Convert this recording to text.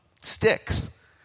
sticks